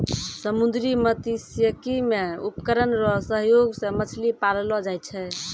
समुन्द्री मत्स्यिकी मे उपकरण रो सहयोग से मछली पाललो जाय छै